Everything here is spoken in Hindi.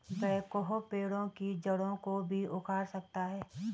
बैकहो पेड़ की जड़ों को भी उखाड़ सकता है